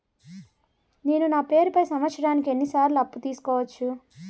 నేను నా పేరుపై సంవత్సరానికి ఎన్ని సార్లు అప్పు తీసుకోవచ్చు?